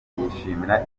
yishimira